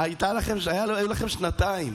אבל גדעון, היו לכם שנתיים.